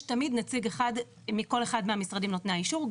יש תמיד נציג אחד מכל אחד המשרדים נותני האישור,